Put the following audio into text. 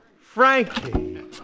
Frankie